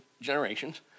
generations